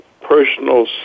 personal